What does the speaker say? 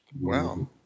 Wow